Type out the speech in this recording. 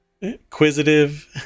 Inquisitive